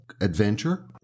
adventure